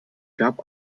gab